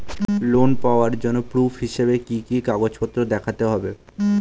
Loan পাওয়ার জন্য proof হিসেবে কি কি কাগজপত্র দেখাতে হবে?